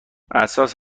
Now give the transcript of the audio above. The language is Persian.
اساس